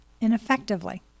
ineffectively